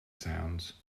sounds